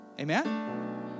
Amen